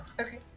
Okay